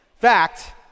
Fact